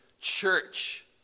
church